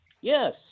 Yes